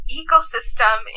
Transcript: ecosystem